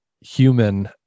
human